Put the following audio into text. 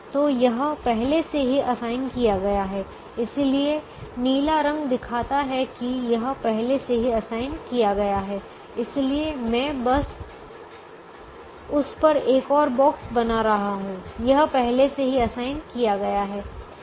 तो यह पहले से ही असाइन किया गया है इसलिए नीला रंग दिखाता है कि यह पहले से ही असाइन किया गया है इसलिए मैं बस उस पर एक और बॉक्स बना रहा हूं यह पहले से ही असाइन किया गया है